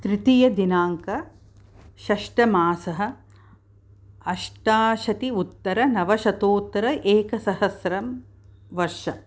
तृतीयदिनाङ्कषष्टमासः अष्टाशति उत्तरनवशतोत्तर एकसहस्रं वर्षम्